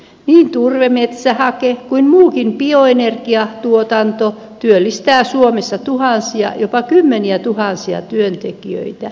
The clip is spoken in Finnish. niin turve metsähake kuin muukin bioenergiatuotanto työllistää suomessa tuhansia jopa kymmeniätuhansia työntekijöitä